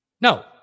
No